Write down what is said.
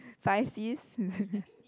five Cs